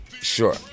Sure